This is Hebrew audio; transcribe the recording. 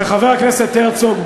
שחבר הכנסת הרצוג,